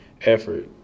effort